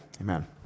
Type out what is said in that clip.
Amen